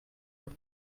were